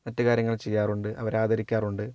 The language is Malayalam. മറ്റ് കാര്യങ്ങൾ ചെയ്യാറുണ്ട് അവരെ ആദരിക്കാറുണ്ട്